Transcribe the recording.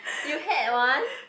you had one